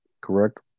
correct